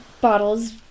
bottles